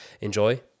Enjoy